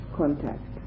contact